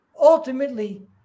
ultimately